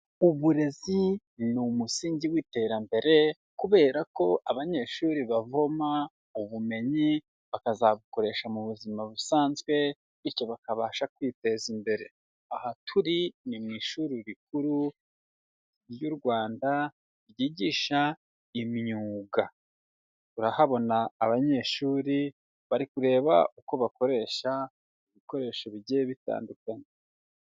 Uburezi ni umusingi w'iterambere kubera ko abanyeshuri bavoma ubumenyi bakazabukoresha mu buzima busanzwe bityo bakabasha kwiteza imbere. Aha turi ni mu ishuri rikuru ry'u Rwanda ryigisha imyuga urahabona abanyeshuri bari kureba uko bakoresha ibikoresho bigiye bitandukanye.